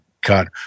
cut